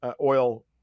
oil